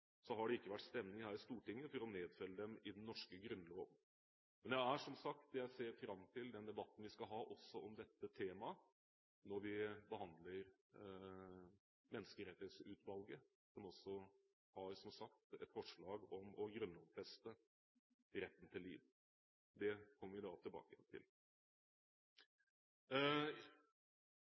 har det altså ikke vært stemning her på Stortinget for å nedfelle dem i den norske grunnloven. Men som sagt ser jeg fram til den debatten vi skal ha om dette temaet når vi behandler Menneskerettighetsutvalgets forslag om å grunnlovfeste retten til liv. Det kommer vi tilbake til da.